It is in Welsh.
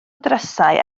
drysau